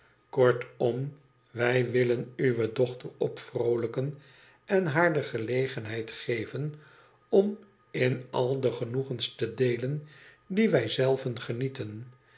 kortom wij willen uwe dochter opvroolijken en haar de gelegenheid geven om in al de genoegens te deelen die wij zelden genieten